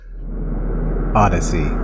Odyssey